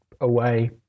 away